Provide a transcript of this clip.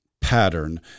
pattern